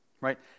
Right